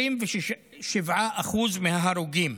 27% מההרוגים,